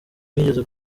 mwigeze